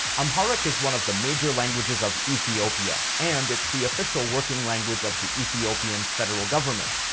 amharic is one of the major languages of ethiopia, and it's the official working language of the ethiopian federal government.